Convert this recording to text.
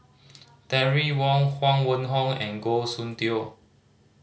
Terry Wong Huang Wenhong and Goh Soon Tioe